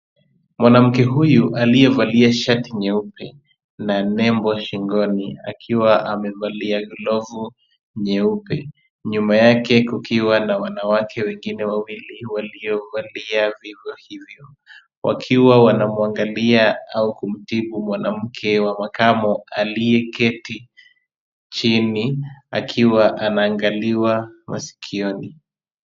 Mwanamke huyu aliyevalia shati nyeupe na nembo shingoni akiwa amevalia glovu nyeupe. Nyuma yake kukiwa na wanawake wengine wawili waliovalia vivyo hivyo, wakiwa wanamwangalia au kumtibu mwanamke wa makamu aliyeketi chini akiwa anaangaliwa maskioni.